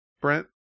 Brent